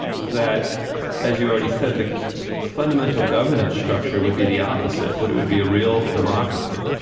that as you already said, the fundamental governance structure would be the opposite, that it would be a real democracy,